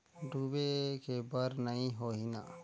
डूबे के बर नहीं होही न?